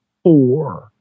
Four